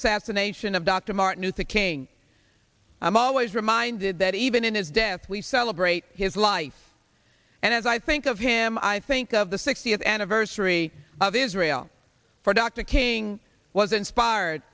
assassination of dr martin luther king i'm always reminded that even in his death we celebrate his life and as i think of him i think of the sixtieth anniversary of israel for dr king was inspired